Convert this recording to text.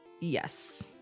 Yes